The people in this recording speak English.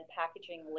packaging